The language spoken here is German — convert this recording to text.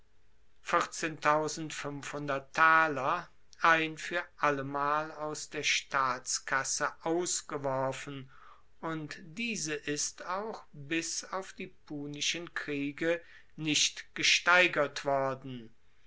ein fuer allemal aus der staatskasse ausgeworfen und diese ist auch bis auf die punischen kriege nicht gesteigert worden